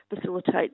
facilitate